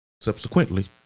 subsequently